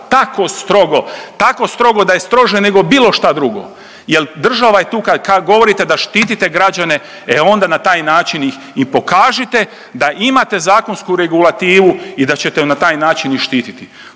tako strogo, tako strogo da je strože nego bilo šta drugo jer država je tu kada govorite da štitite građane, e onda na taj način ih i pokažite, da imate zakonsku regulativu i da ćete ju na taj način i štititi.